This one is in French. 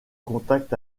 contact